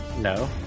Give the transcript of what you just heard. No